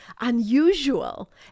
unusual